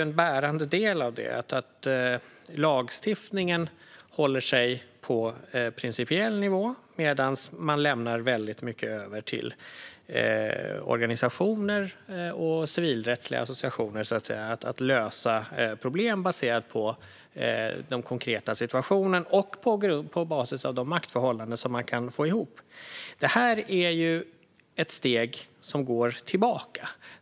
En bärande del är ju att lagstiftningen håller sig på principiell nivå, medan man väldigt mycket lämnar över till organisationer och civilrättsliga associationer att lösa problem baserat på den konkreta situationen och på basis av de maktförhållanden som man kan få ihop. Det här är ett steg tillbaka.